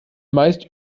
meist